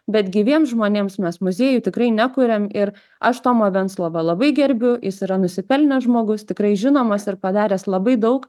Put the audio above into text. bet gyviems žmonėms mes muziejų tikrai nekuriam ir aš tomą venclovą labai gerbiu jis yra nusipelnęs žmogus tikrai žinomas ir padaręs labai daug